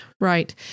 Right